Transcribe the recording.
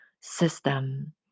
system